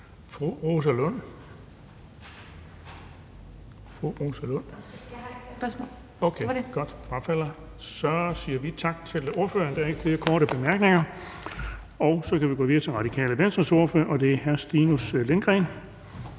Fru Rosa Lund? Nej, frafalder, og så siger vi tak til ordføreren. Der er ikke flere korte bemærkninger. Så kan vi gå videre til Radikale Venstres ordfører, og det er hr. Stinus Lindgreen.